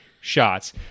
shots